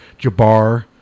Jabbar